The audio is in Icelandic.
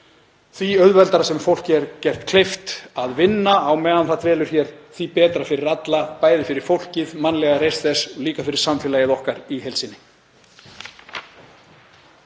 því auðveldara sem fólki er gert kleift að vinna á meðan það dvelur hér, því betra fyrir alla, bæði fyrir fólkið, mannlega reisn þess og líka fyrir samfélagið okkar í heild sinni.